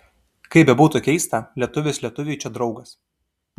kaip bebūtų keista lietuvis lietuviui čia draugas